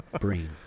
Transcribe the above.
Brain